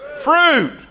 Fruit